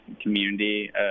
community